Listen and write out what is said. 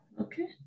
Okay